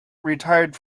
retired